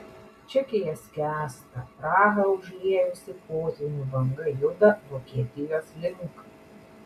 čekija skęsta prahą užliejusi potvynių banga juda vokietijos link